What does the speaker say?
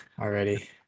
already